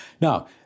Now